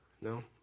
No